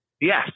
Yes